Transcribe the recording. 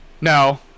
no